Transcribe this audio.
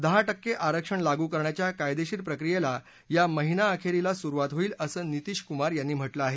दहा टक्के आरक्षण लागू करण्याच्या कायदेशीर प्रक्रियेला या महिनाअखेरीस सुरुवात होईल असं नितीशकुमार यांनी म्हटलं आहे